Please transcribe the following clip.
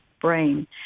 brain